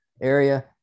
area